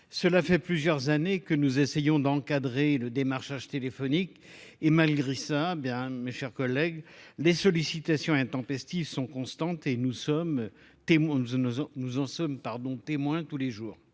Cela fait plusieurs années que nous essayons d'encadrer le démarchage téléphonique et malgré ça, mes chers collègues, les sollicitations intempestives sont constantes et nous en sommes témoins tous les jours.